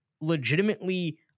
legitimately